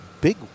big